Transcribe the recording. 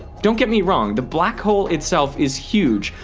don't get me wrong the black hole itself is huge,